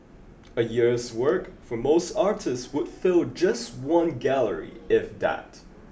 a year's work for most artists would fill just one gallery if that